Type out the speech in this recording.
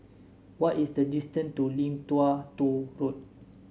what is the distance to Lim Tua Tow Road